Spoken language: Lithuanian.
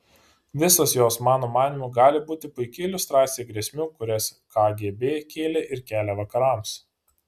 visos jos mano manymu gali būti puiki iliustracija grėsmių kurias kgb kėlė ir kelia vakarams